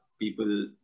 people